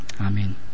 Amen